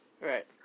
Right